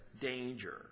danger